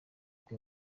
bwe